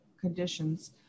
conditions